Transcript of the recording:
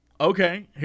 Okay